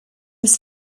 his